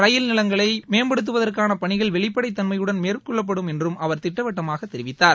ரயில் நிலைங்களை மேம்படுத்துவதற்கான பணிகள் வெளிப்படைத்தள்மையுடன் மேற்கொள்ளப்படும் என்றும் அவர் திட்டவட்டமாக தெரிவித்தார்